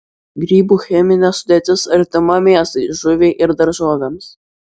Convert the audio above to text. grybų cheminė sudėtis artima mėsai žuviai ir daržovėms